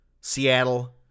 Seattle